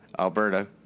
Alberta